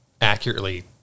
accurately